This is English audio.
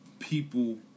people